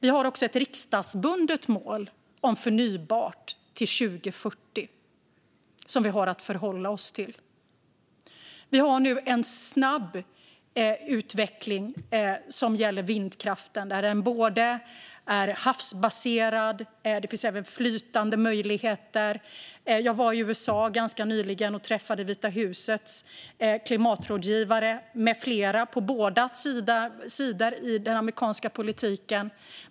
Vi har också ett riksdagsbundet mål om förnybart till 2040 som vi har att förhålla oss till. Vi har nu en snabb utveckling av vindkraften, både havsbaserad och flytande. Jag var ganska nyligen i USA och träffade Vita husets klimatrådgivare med flera på båda sidor i den amerikanska politiken.